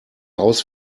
aus